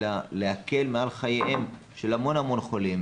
אלא להקל על חייהם של המון המון חולים